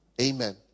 Amen